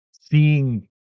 seeing